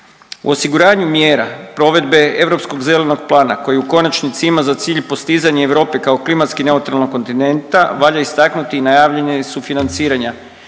U osiguranju mjera provede Europskog zelenog plana koji u konačnici ima za cilj postizanje Europe kao klimatski neutralnog kontinenta valja istaknuti i najavljene sufinanciranja